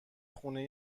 خونه